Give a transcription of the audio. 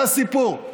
זה הסיפור.